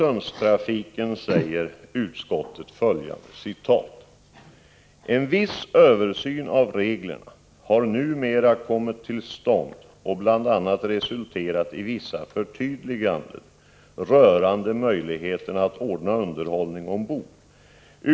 Utskottet skriver bl.a.: ”En viss översyn av reglerna har numera kommit till stånd och bl.a. resulterat i vissa förtydliganden rörande möjligheterna att ordna underhåll — Prot. 1985/86:26 ning ombord.